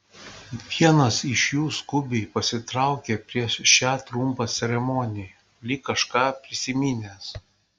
vienas iš jų skubiai pasitraukė prieš šią trumpą ceremoniją lyg kažką prisiminęs